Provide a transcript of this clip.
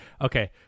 Okay